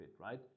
right